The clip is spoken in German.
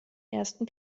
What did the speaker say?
ersten